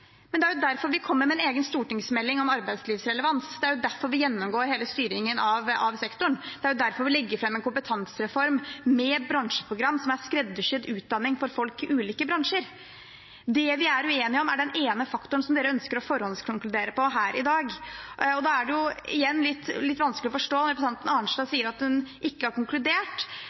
Det er derfor vi kommer med en egen stortingsmelding om arbeidslivsrelevans. Det er derfor vi gjennomgår hele styringen av sektoren, og det er derfor vi legger fram en kompetansereform med bransjeprogram som er skreddersydd for utdanning for folk i ulike bransjer. Det vi er uenig om, er den ene faktoren som de ønsker å forhåndskonkludere om i dag. Da er det – igjen – litt vanskelig å forstå: Representanten Arnstad sier at hun ikke har konkludert.